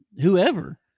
whoever